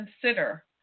consider